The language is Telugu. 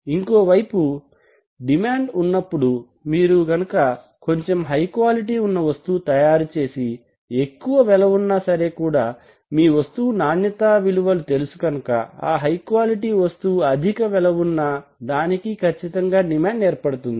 ఇంకో వైపు డిమాండ్ ఉన్నప్పుడు మీరు కనుక కొంచెం హై క్వాలిటి ఉన్న వస్తువును తయారు చేసి ఎక్కువ వెల ఉన్నా సరే కూడా మీ వస్తువు నాణ్యతా విలువలు తెలుసు కనుక ఆ హై క్వాలిటీ వస్తువు అధిక వెల ఉన్నా దానికీ ఖచ్చితంగా డిమాండ్ ఏర్పడుతుంది